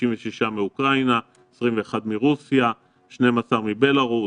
56 מאוקראינה, 21 מרוסיה, 12 מבלרוס,